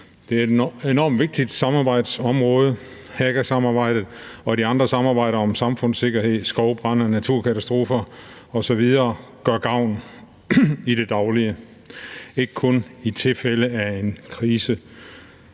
Det er et enormt vigtigt samarbejdsområde. Haga-samarbejdet og de andre samarbejder om samfundssikkerhed, skovbrande, naturkatastrofer osv. gør gavn i det daglige, ikke kun i tilfælde af en krise.